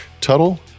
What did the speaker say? Tuttle